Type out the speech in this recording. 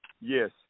Yes